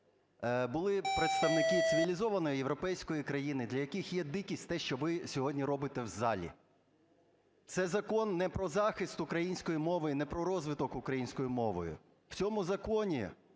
були представники цивілізованої європейської країни, для яких є дикість те, що ви сьогодні робите в залі. Це закон не про захист української мови і не про розвиток українською мовою, в цьому законі